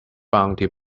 bounty